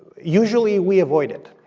usually we avoid it,